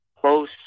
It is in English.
close